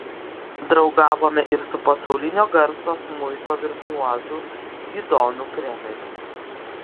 draugavome ir su pasaulinio garso smuiko virtuozu gidonu kremeriu